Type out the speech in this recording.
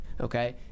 okay